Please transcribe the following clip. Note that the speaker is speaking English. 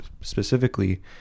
specifically